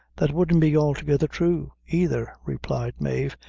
that wouldn't be altogether true either, replied mave,